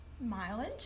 mileage